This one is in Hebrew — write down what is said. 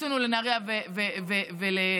כשעשינו לנהריה ולנתיבות,